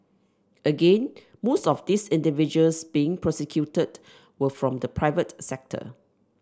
again most of these individuals being prosecuted were from the private sector